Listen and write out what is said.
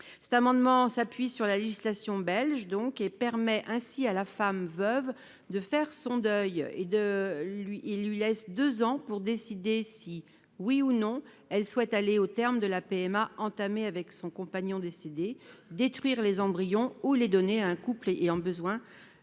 Notre amendement s'appuie sur la législation belge. Son adoption permettrait à la femme veuve de faire son deuil en lui laissant deux ans pour décider si, oui ou non, elle souhaite aller au terme de la PMA entamée avec son compagnon décédé, détruire les embryons ou les donner à un couple ayant besoin